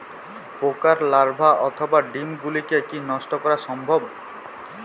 পোকার লার্ভা অথবা ডিম গুলিকে কী নষ্ট করা সম্ভব?